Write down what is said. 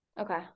Okay